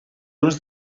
uns